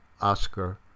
Oscar